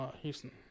Houston